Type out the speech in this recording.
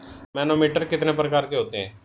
Manometer कितने प्रकार के होते हैं?